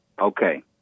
Okay